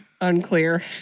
Unclear